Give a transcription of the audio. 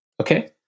Okay